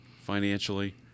financially